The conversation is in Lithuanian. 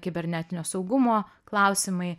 kibernetinio saugumo klausimai